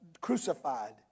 crucified